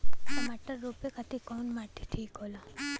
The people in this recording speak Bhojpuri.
टमाटर रोपे खातीर कउन माटी ठीक होला?